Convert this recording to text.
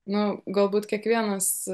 nu galbūt kiekvienas